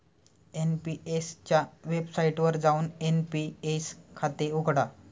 NPS च्या वेबसाइटवर जाऊन एन.पी.एस खाते उघडा